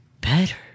better